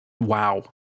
wow